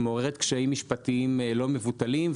מעוררת קשיים משפטיים לא מבוטלים.